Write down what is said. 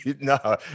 No